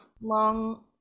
long